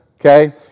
okay